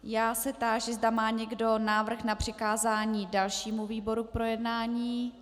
Já se táži, zda má někdo návrh na přikázání dalšímu výboru k projednání.